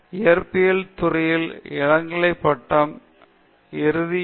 இயற்பியல் துறையில் இளநிலைப் பட்ட இறுதி வருடத்தில் வேலை செய்கிறேன்